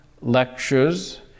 lectures